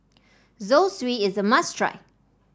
Zosui is a must try